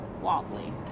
wobbly